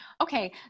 Okay